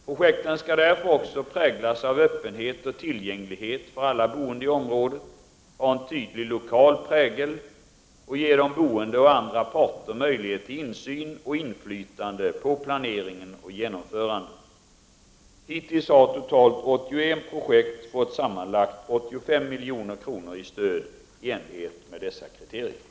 Projekten skall därför också — präglas av öppenhet och tillgänglighet för alla boende i området, — ha en tydlig lokal prägel samt — ge de boende och andra parter möjlighet till insyn och inflytande på planeringen och genomförandet Hittills har totalt 81 projekt fått sammanlagt 85 milj.kr. i stöd i enlighet med dessa kriterier.